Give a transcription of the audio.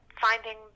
finding